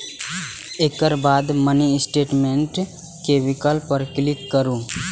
एकर बाद mini statement के विकल्प पर क्लिक करू